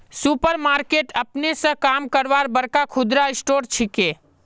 super market अपने स काम करवार बड़का खुदरा स्टोर छिके